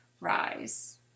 rise